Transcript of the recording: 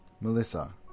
Melissa